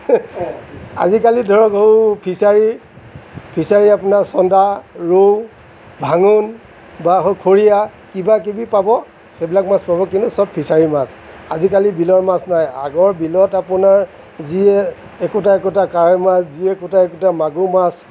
আজিকালি ধৰক সৌ ফিছাৰী ফিছাৰীৰ আপোনাৰ চন্দা ৰৌ ভাঙোন বা সৌ খৰিয়া কিবাকিবি পাব সেইবিলাক মাছ পাব কিন্তু চব ফিছাৰীৰ মাছ আজিকালি বিলৰ মাছ নাই আগৰ বিলত আপোনাৰ যিয়ে একোটা একোটা কাৱৈ মাছ যি একোটা একোটা মাগুৰ মাছ